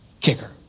kicker